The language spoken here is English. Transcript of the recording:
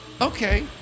Okay